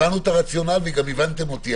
הבנו את הרציונל והבנתם אותי.